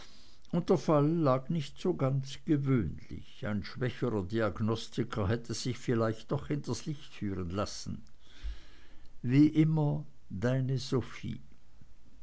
und der fall lag nicht so ganz gewöhnlich ein schwächerer diagnostiker hätte sich doch vielleicht hinters licht führen lassen wie immer deine sophie